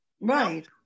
Right